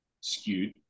skewed